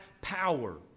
power